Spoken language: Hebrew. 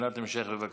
שאלת המשך, בבקשה.